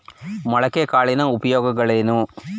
ಮೊಳಕೆ ಕಾಳಿನ ಉಪಯೋಗಗಳೇನು?